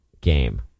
game